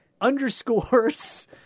underscores